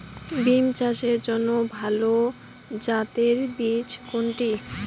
বিম চাষের জন্য ভালো জাতের বীজ কোনটি?